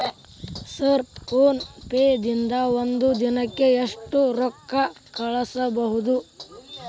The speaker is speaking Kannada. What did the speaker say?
ಸರ್ ಫೋನ್ ಪೇ ದಿಂದ ಒಂದು ದಿನಕ್ಕೆ ಎಷ್ಟು ರೊಕ್ಕಾ ಕಳಿಸಬಹುದು?